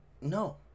no